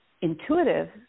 intuitive